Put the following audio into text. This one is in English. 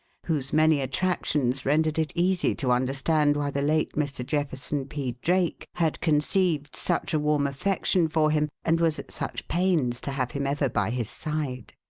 whose many attractions rendered it easy to understand why the late mr. jefferson p. drake had conceived such a warm affection for him, and was at such pains to have him ever by his side.